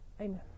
Amen